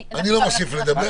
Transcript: אני לא מוסיף לדבר.